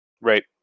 right